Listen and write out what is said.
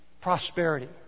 prosperity